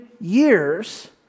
years